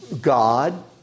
God